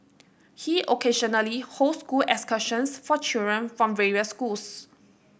he occasionally hosts school excursions for children from various schools